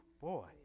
boy